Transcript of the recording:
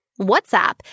WhatsApp